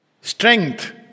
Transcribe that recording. strength